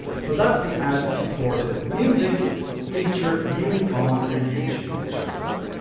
so, that's the add support music feature, new on your youtube and channel.